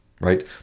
right